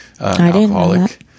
alcoholic